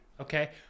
okay